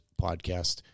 podcast